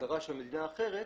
באסדרה של מדינה אחרת,